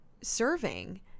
serving